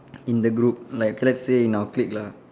in the group like let's say in our clique lah